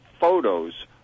photos